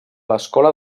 l’escola